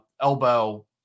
elbow